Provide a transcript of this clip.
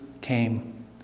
came